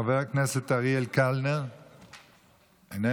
חבר הכנסת אריאל קלנר, איננו,